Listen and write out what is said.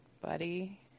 buddy